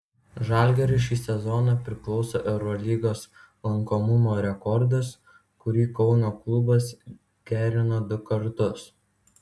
žalgiriui šį sezoną priklauso eurolygos lankomumo rekordas kurį kauno klubas gerino du kartus